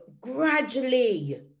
gradually